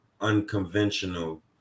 unconventional